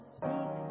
speak